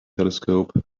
telescope